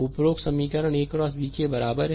उपरोक्त समीकरण AX B के बराबर है